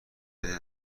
بدی